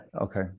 okay